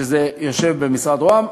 שזה במשרד רוה"מ.